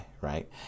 right